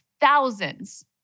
thousands